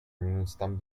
yunanistan